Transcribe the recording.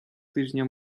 тижня